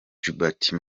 djibouti